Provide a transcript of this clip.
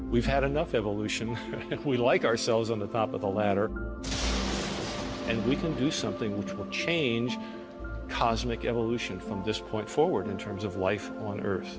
we've had enough evolution if we like ourselves on the top of the ladder and we can do something with change cosmic evolution from this point forward in terms of life